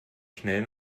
schnell